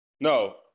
no